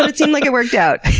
but it seems like it worked out.